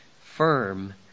firm